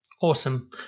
Awesome